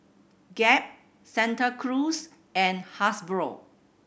Gap Santa Cruz and Hasbro